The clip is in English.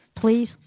please